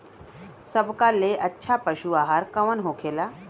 सबका ले अच्छा पशु आहार कवन होखेला?